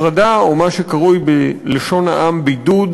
הפרדה, או מה שקרוי בלשון העם בידוד,